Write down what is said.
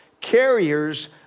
carriers